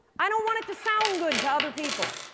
i don't want it to sound good to other people.